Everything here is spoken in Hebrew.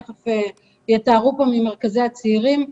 ותיכף יתארו פה ממרכזי הצעירים,